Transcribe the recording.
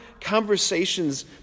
conversations